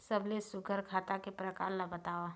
सबले सुघ्घर खाता के प्रकार ला बताव?